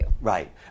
Right